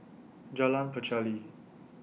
Jalan Pacheli